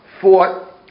fought